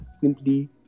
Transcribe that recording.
simply